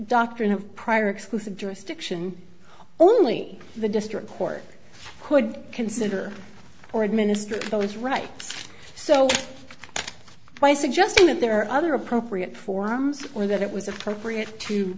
doctrine of prior exclusive jurisdiction only the district court could consider or administer those right so by suggesting that there are other appropriate forms or that it was appropriate to